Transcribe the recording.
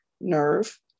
nerve